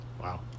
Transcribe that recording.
Wow